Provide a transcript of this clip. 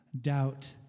doubt